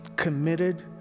Committed